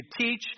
teach